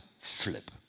flip